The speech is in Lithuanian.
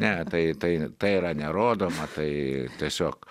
ne tai tai tai yra nerodoma tai tiesiog